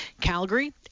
Calgary